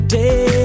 day